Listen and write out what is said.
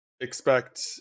expect –